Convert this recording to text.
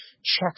checks